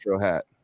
hat